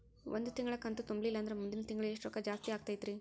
ಒಂದು ತಿಂಗಳಾ ಕಂತು ತುಂಬಲಿಲ್ಲಂದ್ರ ಮುಂದಿನ ತಿಂಗಳಾ ಎಷ್ಟ ರೊಕ್ಕ ಜಾಸ್ತಿ ಆಗತೈತ್ರಿ?